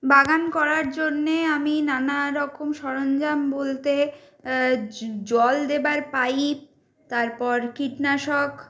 বাগান করার জন্যে আমি নানা রকম সরঞ্জাম বলতে জল দেবার পাইপ তারপর কীটনাশক